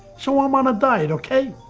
so i'm on a diet, okay?